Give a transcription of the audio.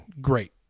great